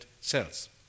cells